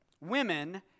women